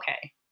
okay